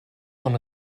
von